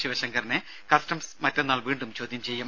ശിവശങ്കറിനെ കസ്റ്റംസ് മറ്റന്നാൾ വീണ്ടും ചോദ്യം ചെയ്യും